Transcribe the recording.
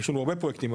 יש לנו הרבה פרויקטים,